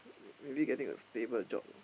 maybe getting a stable job ah